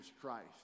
Christ